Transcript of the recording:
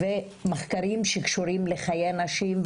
מחקרים שקשורים לחיי נשים,